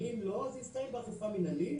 ואם לא זה יסתיים באכיפה מינהלית